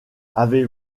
avez